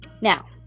Now